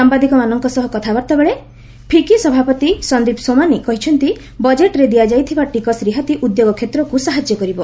ସାମ୍ଭାଦିକାମାନଙ୍କ ସହ କଥାବାର୍ତ୍ତା ବେଳେ ଫିକି ସଭାପତି ସନ୍ଦିପ ସୋମାନି କହିଛନ୍ତି ବଜେଟ୍ରେ ଦିଆଯାଇଥିବା ଟିକସ ରିହାତି ଉଦ୍ୟୋଗ କ୍ଷେତ୍ରକୁ ସାହାଯ୍ୟ କରିବ